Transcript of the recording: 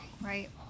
Right